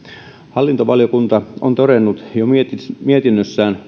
hallintovaliokunta on todennut jo mietinnössään